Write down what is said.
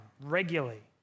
regularly